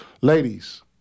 Ladies